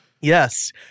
yes